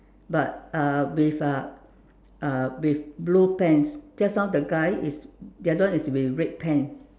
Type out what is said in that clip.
but uh with uh uh with blue pants just now the guy the other one is with red pants